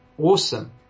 awesome